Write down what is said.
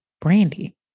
Brandy